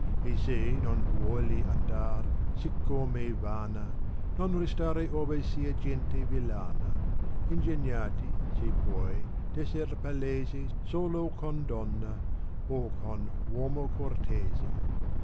e se non vuogli andar siccome vana non ristare ove sia gente villana ingegnati se puoi d esser palese solo con donna o con uomo cortese